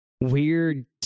weird